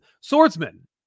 Swordsman